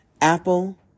Apple